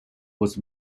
was